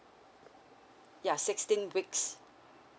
ya sixteen weeks